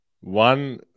One